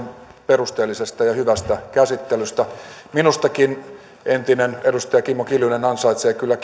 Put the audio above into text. perusteellisesta ja hyvästä käsittelystä minustakin entinen edustaja kimmo kiljunen ansaitsee kyllä